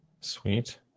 sweet